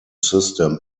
system